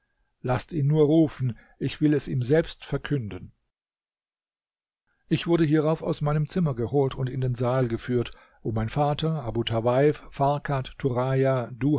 laßt ihn nur rufen ich will es ihm selbst verkünden ich wurde hierauf aus meinem zimmer geholt und in den saal geführt wo mein vater abu tawaif farkad turaja duha